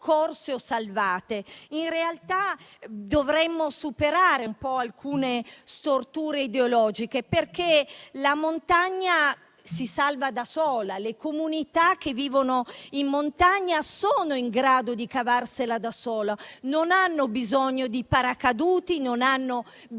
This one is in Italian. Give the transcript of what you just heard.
soccorse o salvate. Dovremmo superare alcune storture ideologiche, perché la montagna si salva da sola. Le comunità che vivono in montagna sono in grado di cavarsela da sole, non hanno bisogno di paracadute o di